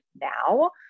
now